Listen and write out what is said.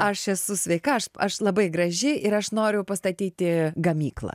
aš esu sveika aš aš labai graži ir aš noriu pastatyti gamyklą